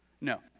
No